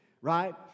right